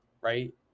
Right